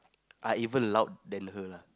I even loud than her lah